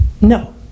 no